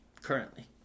currently